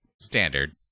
Standard